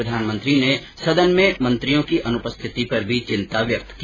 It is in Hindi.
प्रधानमंत्री ने सदन में मंत्रियों की अनुपस्थिति पर भी चिंता जताई